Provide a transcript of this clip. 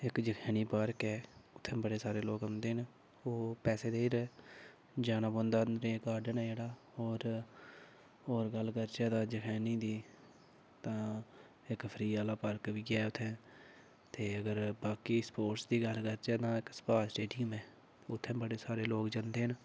इक जखैनी पार्क ऐ उत्थें बड़ी सारे लोक औंदे न ओह् पैसे देइयै जाना पौंदा अंदरै गार्डन जेह्ड़ा होर होर गल्ल करचै तां जखैनी दी तां इक फ्री आह्ला पार्क बी ऐ उत्थै ते अगर बाकी सपोट्स दी गल्ल करचै तां सभाश स्टेडियम उत्थें बड़े सारे लोक जंदे न